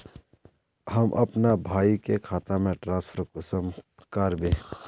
हम अपना भाई के खाता में ट्रांसफर कुंसम कारबे?